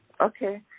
Okay